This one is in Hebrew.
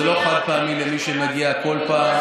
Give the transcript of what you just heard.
זה חד-פעמי למי שמגיע כל פעם,